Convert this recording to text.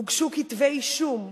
הוגשו כתבי אישום.